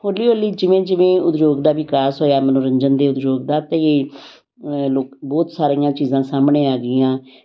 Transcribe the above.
ਹੌਲੀ ਹੌਲੀ ਜਿਵੇਂ ਜਿਵੇਂ ਉਦਯੋਗ ਦਾ ਵਿਕਾਸ ਹੋਇਆ ਮਨੋਰੰਜਨ ਦੇ ਉਦਯੋਗ ਦਾ ਅਤੇ ਲੋਕ ਬਹੁਤ ਸਾਰੀਆਂ ਚੀਜ਼ਾਂ ਸਾਹਮਣੇ ਆ ਗਈਆਂ